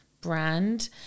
brand